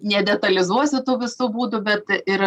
nedetalizuosiu tų visų būdų bet ir